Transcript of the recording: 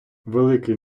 великий